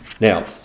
Now